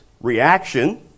reaction